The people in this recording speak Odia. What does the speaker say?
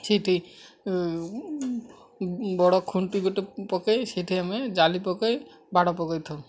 ସେଇଠି ବଡ଼ ଖୁଣ୍ଟିି ଗୋଟେ ପକାଇ ସେଠି ଆମେ ଜାଲି ପକାଇ ବାଡ଼ ପକାଇ ଥାଉ